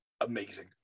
amazing